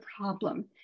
problem